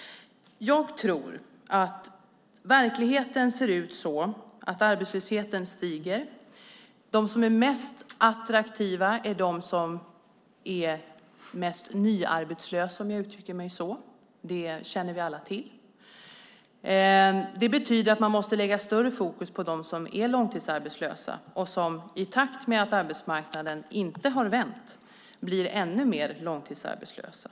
Jag tror att verkligheten är den att arbetslösheten ökar. De som är mest attraktiva är de som är mest nyarbetslösa, om jag uttrycker mig så. Det känner vi alla till. Det betyder att man måste sätta större fokus på dem som är långtidsarbetslösa och som, i takt med att arbetsmarknaden inte har vänt, blir ännu mer långtidsarbetslösa.